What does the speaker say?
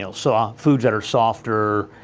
know, so um foods that are softer,